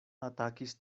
atakis